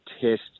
test